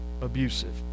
abusive